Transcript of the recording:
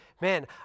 man